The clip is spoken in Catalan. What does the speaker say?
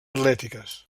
atlètiques